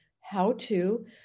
how-to